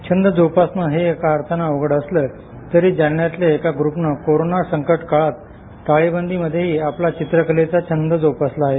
छंद जोपासणं हे एका अर्थानं अवघड असलं तरी जालन्यातल्या एका ग्रुपनं कोरोना संकट काळात टाळेबंदी मध्येही आपला चित्रकलेचा छंद जोपासला आहे